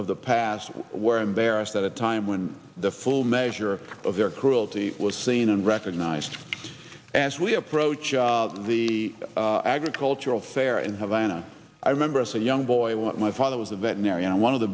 of the past were embarrassed at a time when the full measure of their cruelty was seen and recognized as we approach the agricultural fair and have ana i remember as a young boy what my father was a veterinarian and one of the